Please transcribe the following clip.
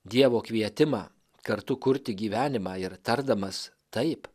dievo kvietimą kartu kurti gyvenimą ir tardamas taip